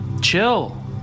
Chill